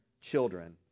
children